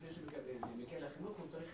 לפני שהוא מגיע לחינוך הוא צריך